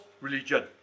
religion